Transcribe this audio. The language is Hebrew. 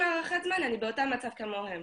עם הארכת זמן אני באותו מצב כמוהם.